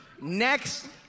Next